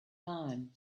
time